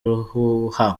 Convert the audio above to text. ruhuha